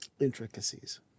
intricacies